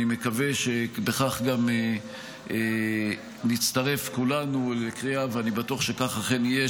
אני מקווה שבכך גם נצטרף כולנו לקריאה ואני בטוח שכך אכן יהיה,